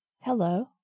Hello